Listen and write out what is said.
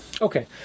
Okay